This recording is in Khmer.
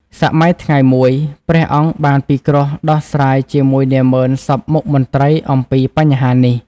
សម័យថ្ងៃមួយ ព្រះអង្គបានពិគ្រោះដោះស្រាយជាមួយនាម៉ឺនសព្វមុខមន្ត្រីអំពីបញ្ហានេះ។